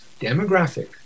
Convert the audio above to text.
demographic